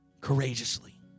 courageously